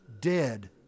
dead